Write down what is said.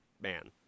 man